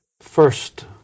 First